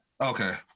Okay